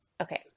okay